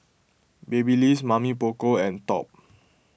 Babyliss Mamy Poko and Top